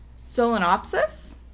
Solenopsis